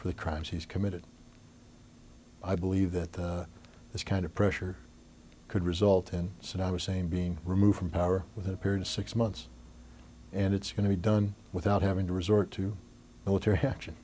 for the crimes he's committed i believe that this kind of pressure could result in saddam hussein being removed from power within a period of six months and it's going to be done without having to resort to military action